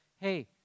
Hey